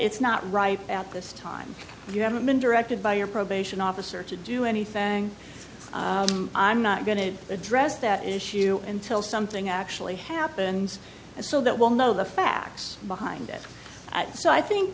it's not ripe at this time and you haven't been directed by your probation officer to do anything i'm not going to address that issue until something actually happens and so that we'll know the facts behind it so i think